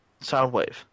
Soundwave